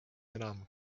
enam